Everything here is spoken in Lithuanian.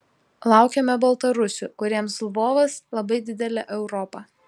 laukiame baltarusių kuriems lvovas labai didelė europa